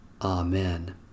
Amen